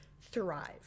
thrive